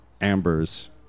Amber's